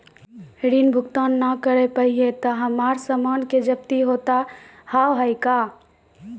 ऋण भुगतान ना करऽ पहिए तह हमर समान के जब्ती होता हाव हई का?